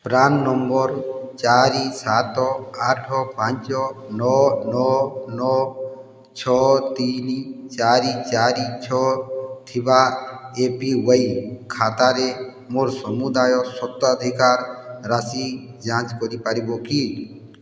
PRAN number ଚାରି ସାତ ଆଠ ପାଞ୍ଚ ନଅ ନଅ ନଅ ଛଅ ତିନି ଚାରି ଚାରି ଛଅ ଥିବା ଏ ପି ୱାଇ ଖାତାରେ ମୋର ସମୁଦାୟ ସ୍ୱତ୍ୱାଧିକାର ରାଶି ଯାଞ୍ଚ କରିପାରିବ କି